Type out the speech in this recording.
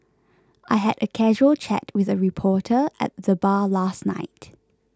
I had a casual chat with a reporter at the bar last night